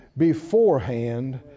beforehand